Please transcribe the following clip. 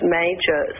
major